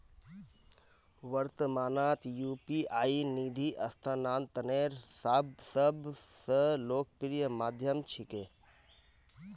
वर्त्तमानत यू.पी.आई निधि स्थानांतनेर सब स लोकप्रिय माध्यम छिके